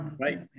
Right